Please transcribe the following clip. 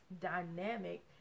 dynamic